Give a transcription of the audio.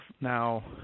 now